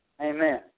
Amen